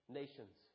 nations